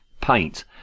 paint